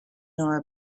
nor